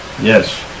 Yes